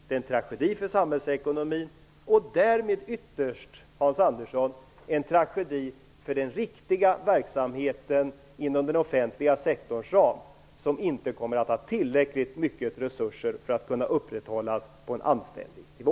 Det är en tragedi för samhällsekonomin och därmed ytterst, Hans Andersson, en tragedi för den riktiga verksamheten inom den offentliga sektorns ram som inte kommer att ha tillräckligt mycket resurser för att kunna upprätthålla en anständig nivå.